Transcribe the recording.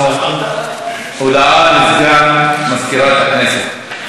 הודעה לסגן מזכירת הכנסת.